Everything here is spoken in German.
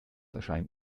erscheint